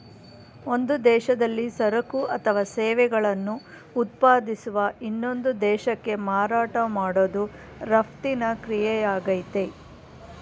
ಒಂದು ದೇಶದಲ್ಲಿ ಸರಕು ಅಥವಾ ಸೇವೆಗಳನ್ನು ಉತ್ಪಾದಿಸುವ ಇನ್ನೊಂದು ದೇಶಕ್ಕೆ ಮಾರಾಟ ಮಾಡೋದು ರಫ್ತಿನ ಕ್ರಿಯೆಯಾಗಯ್ತೆ